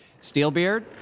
Steelbeard